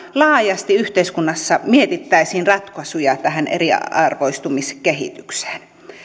laajasti yhteiskunnassa mietittäisiin ratkaisuja tähän eriarvoistumiskehitykseen